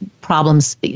problems